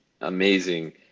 amazing